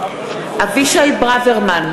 אבישי ברוורמן,